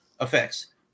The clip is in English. effects